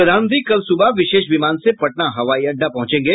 प्रधानमंत्री कल सुबह विशेष विमान से पटना हवाई अड्डा पहुंचेंगे